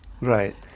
Right